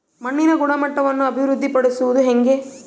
ಮಣ್ಣಿನ ಗುಣಮಟ್ಟವನ್ನು ಅಭಿವೃದ್ಧಿ ಪಡಿಸದು ಹೆಂಗೆ?